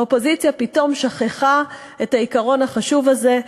האופוזיציה פתאום שכחה את העיקרון החשוב הזה,